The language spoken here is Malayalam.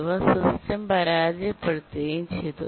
ഇവ സിസ്റ്റം പരാജയപ്പെടുത്തുകയും ചെയ്തു